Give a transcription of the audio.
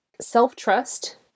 Self-trust